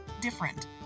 different